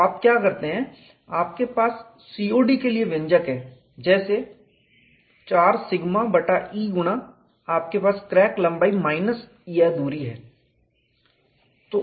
तो आप क्या करते हैं आपके पास COD के लिए व्यंजक है जैसे 4 σ बटा E गुणा आपके पास क्रैक लंबाई माइनस यह दूरी है